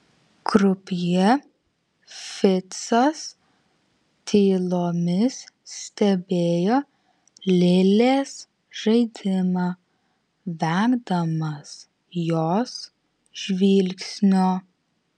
krupjė ficas tylomis stebėjo lilės žaidimą vengdamas jos žvilgsnio